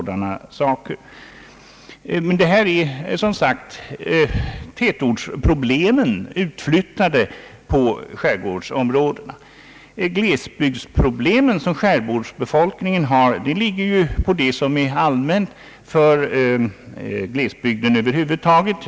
Det här är som sagt tätortsproblemen utflyttade på skärgårdsområdena. Glesbygdsproblemen som skärgårdsbefolkningen har ligger på det som är allmänt för glesbygden över huvud taget.